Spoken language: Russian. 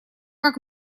как